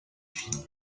film